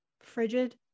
frigid